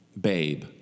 babe